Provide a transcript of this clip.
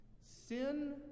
sin